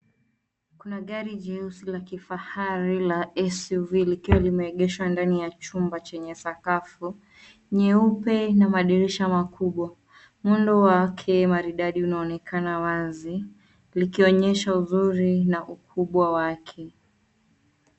Kuna gari jeusi la kifahari la SUV likiwa limeegeshwa ndani ya chumba chenye sakafu nyeupe na madirisha makubwa. Muundo wake maridadi unaonekana wazi likionyesha uzuri na ukubwa wake.